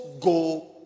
go